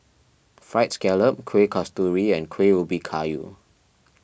Fried Scallop Kueh Kasturi and Kuih Ubi Kayu